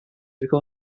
become